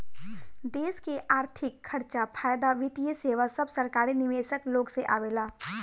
देश के अर्थिक खर्चा, फायदा, वित्तीय सेवा सब सरकारी निवेशक लोग से आवेला